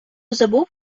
забув